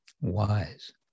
wise